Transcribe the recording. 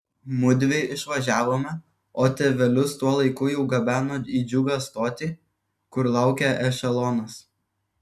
mudvi išvažiavome o tėvelius tuo laiku jau gabeno į džiugą stotį kur laukė ešelonas